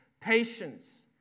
patience